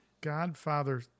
Godfather